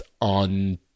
on